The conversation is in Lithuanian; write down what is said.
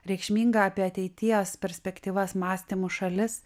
reikšminga apie ateities perspektyvas mąstymu šalis